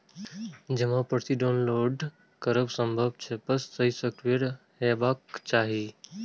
जमा पर्ची डॉउनलोड करब संभव छै, बस सही सॉफ्टवेयर हेबाक चाही